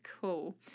cool